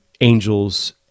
angels